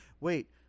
Wait